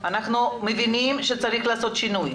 אנחנו מבינים שצריך לעשות שינוי,